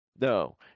No